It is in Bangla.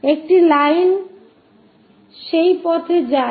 একটি লাইন সেই পথেই যায়